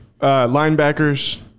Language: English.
linebackers